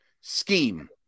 Scheme